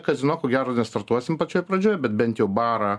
kazino ko gero nestartuosim pačioj pradžioj bet bent jau barą